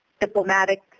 diplomatic